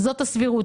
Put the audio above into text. זאת הסבירות,